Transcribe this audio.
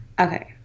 Okay